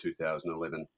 2011